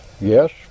Yes